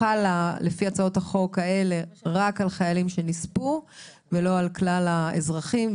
היא חלה לפי הצעות החוק האלה רק על חיילים שנספו ולא על כלל האזרחים,